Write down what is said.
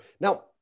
Now